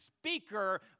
speaker